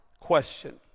question